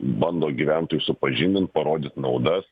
bando gyventojus supažindint parodyt naudas